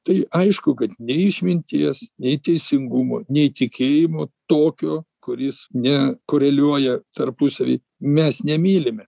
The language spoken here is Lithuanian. tai aišku kad nei išminties nei teisingumo nei tikėjimo tokio kuris ne koreliuoja tarpusavy mes nemylime